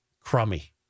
Crummy